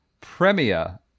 Premier